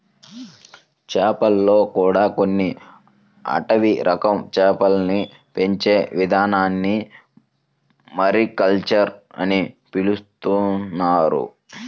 చేపల్లో కూడా కొన్ని అడవి రకం చేపల్ని పెంచే ఇదానాన్ని మారికల్చర్ అని పిలుత్తున్నారు